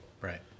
Right